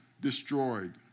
destroyed